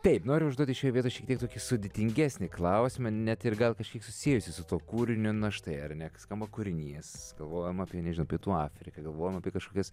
taip noriu užduoti šioje vietoj šiek tiek tokį sudėtingesnį klausimą net ir gal kažkiek susijusi su tuo kūriniu na štai ar ne skamba kūrinys galvojam apie nežinau pietų afriką galvojam apie kažkokias